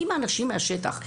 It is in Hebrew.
אם האנשים מהשטח,